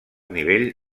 nivell